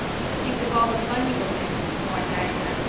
just think of all the fun you will miss, mourned diana.